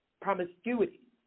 promiscuity